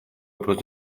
образ